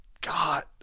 God